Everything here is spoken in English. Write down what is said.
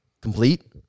complete